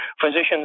Physicians